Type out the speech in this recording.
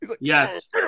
Yes